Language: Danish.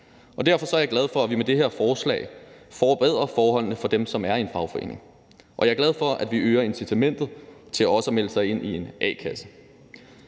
Derfor er jeg glad for, at vi med det her forslag forbedrer forholdene for dem, som er i en fagforening, og jeg er glad for, at vi øger incitamentet til også at melde sig ind i en a-kasse.